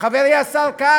חברי השר כץ,